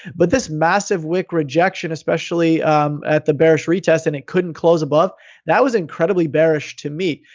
but this massive weak rejection, especially at the bearish retest and it couldn't close above, that was incredibly bearish to me.